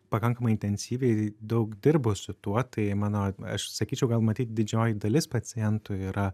pakankamai intensyviai daug dirbu su tuo tai mano aš sakyčiau gal matyt didžioji dalis pacientų yra